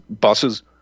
buses